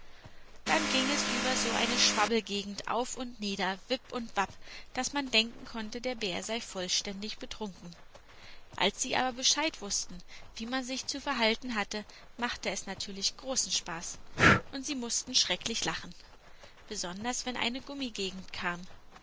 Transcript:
dann ging es über so eine schwabbelgegend auf und nieder wipp und wapp daß man denken konnte der bär sei vollständig betrunken als sie aber bescheid wußten wie man sich zu verhalten hatte machte es natürlich großen spaß und sie mußten schrecklich lachen besonders wenn eine gummigegend kam